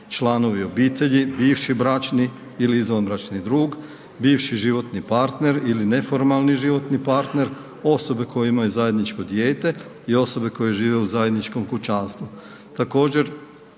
članovi obitelji, bivši bračni ili izvanbračni drug, bivši životni partner ili neformalni životni partner, osobe koje imaju zajedničko dijete i osobe koje žive u zajedničkom kućanstvu.